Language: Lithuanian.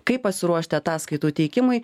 kaip pasiruošti ataskaitų teikimui